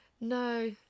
no